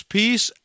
peace